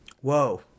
Whoa